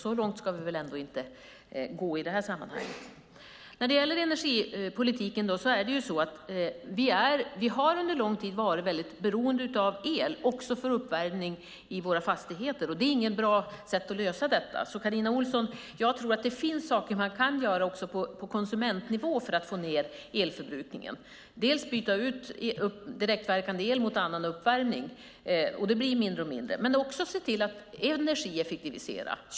Så långt ska vi väl ändå inte gå i detta sammanhang. När det gäller energipolitiken har vi under lång tid varit väldigt beroende av el också för uppvärmning i våra fastigheter. Det är inget bra sätt att lösa detta. Carina Ohlsson, jag tror att det finns saker man kan göra också på konsumentnivå för att få ned elförbrukningen. Till exempel kan man byta ut direktverkande el mot annan uppvärmning - det blir mindre och mindre - och också se till att energieffektivisera.